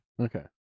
Okay